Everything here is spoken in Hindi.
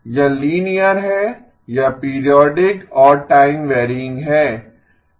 यह लीनियर है यह पीरियोडिक और टाइम वैरयिंग है